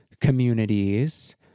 communities